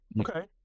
Okay